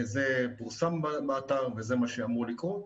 זה פורסם באתר וזה מה שאמור לקרות.